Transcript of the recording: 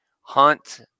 hunt